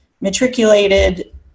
matriculated